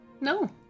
No